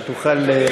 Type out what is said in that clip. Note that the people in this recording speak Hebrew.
שתוכל,